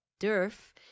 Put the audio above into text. Durf